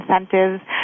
incentives